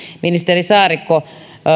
ministeri saarikko